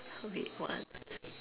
wait what